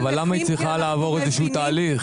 --- אבל למה היא צריכה לעבור איזה שהוא תהליך?